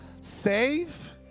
Save